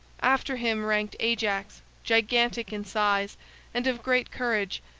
after him ranked ajax, gigantic in size and of great courage,